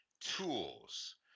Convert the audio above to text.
tools